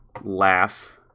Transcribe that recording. laugh